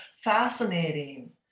fascinating